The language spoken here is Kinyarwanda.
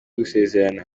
gusezerana